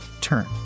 Turn